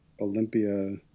Olympia